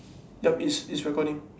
yup it's it's recording